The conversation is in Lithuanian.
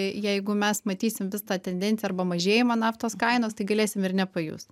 jeigu mes matysim vis tą tendenciją arba mažėjimą naftos kainos tai galėsim ir nepajust